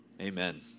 amen